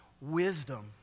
wisdom